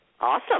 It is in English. Awesome